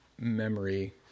memory